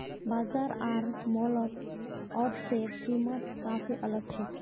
बाजार आर मॉलत ओट्सेर कीमत काफी अलग छेक